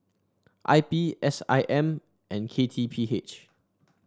I P S I M and K T P H